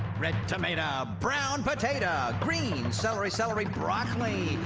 red tomata, brown potata, green celery, celery, broccoli,